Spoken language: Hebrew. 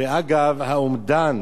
כשאגב, האומדן